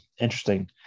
interesting